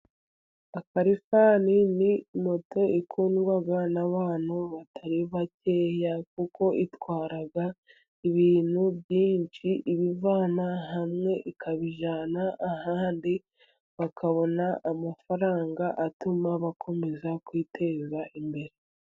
Akalifari ni moto ikundwa n' abantu batari bakeya, kuko itwara ibintu byinshi, ibivana hamwe ikabijyana na ahandi bakabona amafaranga atuma bakomeza kwiteza imbere.